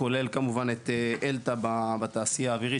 כולל כמובן את 'אלתא' בתעשייה האווירית.